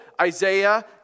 Isaiah